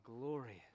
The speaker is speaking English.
glorious